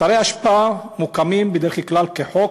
אתרי אשפה מוקמים בדרך כלל כחוק,